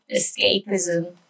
Escapism